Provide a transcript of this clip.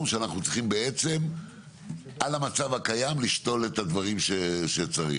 שאנחנו צריכים בעצם על המצב הקיים לשתול את הדברים שצריך.